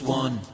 one